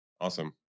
Awesome